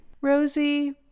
Rosie